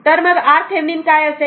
तर मग RThevenin काय असेल